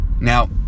Now